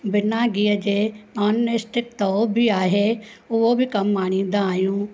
बिना गिह जे नॉनस्टिक तओ बि आहे उहो बि कमु आणींदा आहियूं